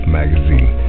magazine